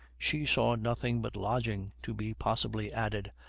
she saw nothing but lodging to be possibly added,